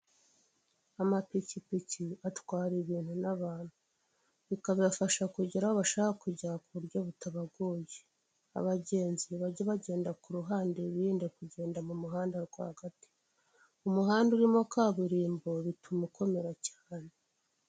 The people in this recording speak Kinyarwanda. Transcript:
Amapikipiki atwara ibintu n'abantu. Bikabafasha kugera aho bashaka kujya ku buryo butabagoye. Abagenzi bajya bagenda ku ruhande birinde kugenda mu muhanda rwagati. Umuhanda urimo kaburimbo bituma ukomera cyane.